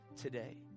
today